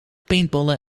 paintballen